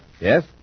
Yes